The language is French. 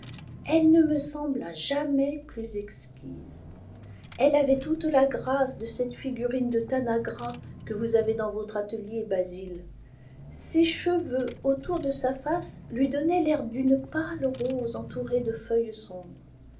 elle ne me sembla jamais plus exquise elle avait toute la grâce de cette figurine de tanagra que vous avez dans votre atelier basil ses cheveux autour de sa face lui donnaient l'air d'une pâle rose entourée de feuilles sombres